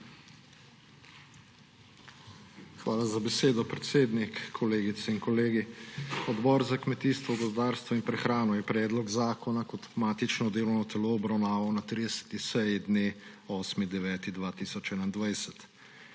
Hvala za besedo, predsednik. Kolegice in kolegi! Odbor za kmetijstvo, gozdarstvo in prehrano je predlog zakona kot matično delovno telo obravnaval na 30. seji dne 8. 9. 2021.